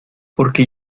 porque